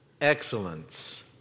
excellence